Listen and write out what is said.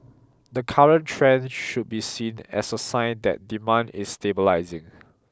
the current trend should be seen as a sign that demand is stabilising